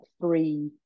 three